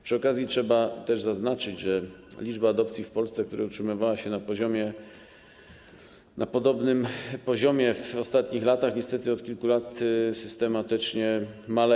Przy okazji trzeba też zaznaczyć, że liczba adopcji w Polsce, która utrzymywała się na podobnym poziomie w ostatnich latach, niestety od kilku lat systematycznie maleje.